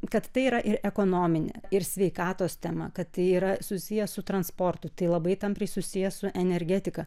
kad tai yra ir ekonominė ir sveikatos tema kad tai yra susiję su transportu tai labai tampriai susiję su energetika